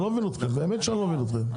אני לא מבין אתכם באמת שאני לא מבין אתכם,